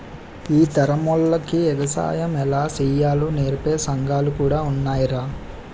ఈ తరమోల్లకి ఎగసాయం ఎలా సెయ్యాలో నేర్పే సంగాలు కూడా ఉన్నాయ్రా